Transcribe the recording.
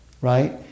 right